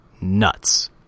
nuts